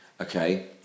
Okay